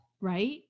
right